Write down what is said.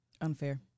Unfair